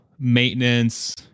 maintenance